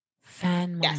Fan